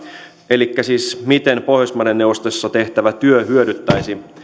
elikkä sitä miten pohjoismaiden neuvostossa tehtävä työ hyödyttäisi